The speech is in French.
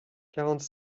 quarante